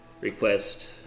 request